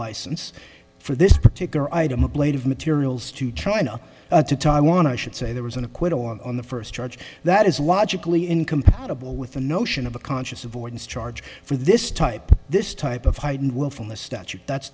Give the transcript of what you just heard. license for this particular item ablative materials to china to taiwan i should say there was an acquittal on the first charge that is logically incompatible with the notion of a conscious avoidance charge for this type this type of heightened